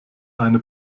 eine